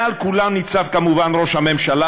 מעל כולם ניצב כמובן ראש הממשלה,